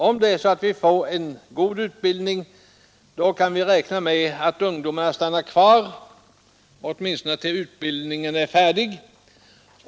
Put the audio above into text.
Om en ort får goda utbildningsmöjligheter kan man räkna med att ungdomarna stannar kvar, åtminstone till dess utbildningen är färdig.